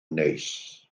neis